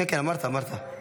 אמרת, אמרת.